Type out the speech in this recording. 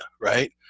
right